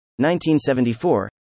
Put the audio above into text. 1974